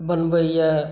बनबै यऽ